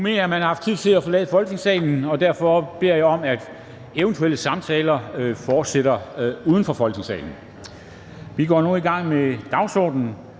jeg, man har haft tid til at forlade Folketingssalen. Derfor beder jeg om, at eventuelle samtaler fortsætter uden for Folketingssalen. Vi går nu videre med dagsordenen.